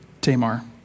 Tamar